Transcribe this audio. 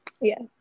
Yes